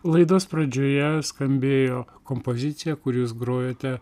laidos pradžioje skambėjo kompozicija kur jūs grojate